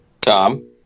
Tom